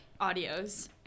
audios